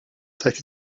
take